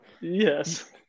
Yes